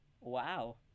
wow